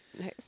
Nice